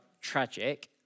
tragic